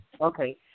Okay